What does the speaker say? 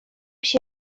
się